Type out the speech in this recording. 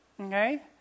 okay